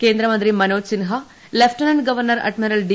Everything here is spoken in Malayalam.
കേന്ദ്രമന്ത്രി Manoj Sinha lieutenant governor admiral D